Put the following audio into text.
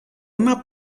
una